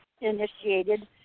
initiated